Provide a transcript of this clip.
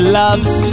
loves